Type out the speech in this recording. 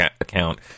account